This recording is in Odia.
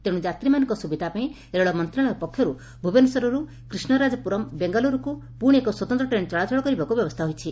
ତେଣୁ ଯାତ୍ରୀମାନଙ୍କ ସୁବିଧା ପାଇଁ ରେଳ ମନ୍ତଶାଳୟ ପକ୍ଷରୁ ଭୁବନେଶ୍ୱରରୁ କ୍ରିଷ୍ଠାରାଜପୁରମ୍ ବେଙ୍ଗାଲୁରୁକୁ ପୁଶି ଏକ ସ୍ୱତନ୍ତ ଟ୍ରେନ୍ ଚଳାଚଳ କରିବାକୁ ବ୍ୟବସ୍ଥା ହୋଇଛି